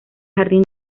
jardín